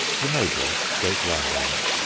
the nobles, great landowners,